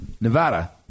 Nevada